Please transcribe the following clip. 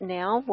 now